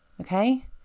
okay